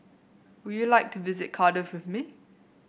would you like to visit Cardiff with me